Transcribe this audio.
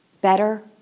better